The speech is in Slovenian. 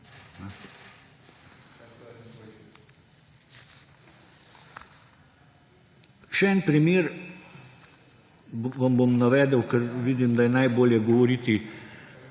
Še en primer, vam bom navedel, ker vidim, da je najbolje govoriti